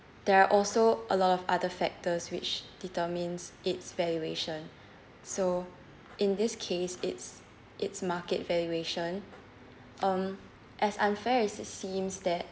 there are also a lot of other factors which determines its valuation so in this case its its market valuation um as unfair as it seems that